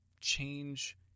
change